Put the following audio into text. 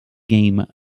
game